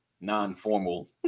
non-formal